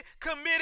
committed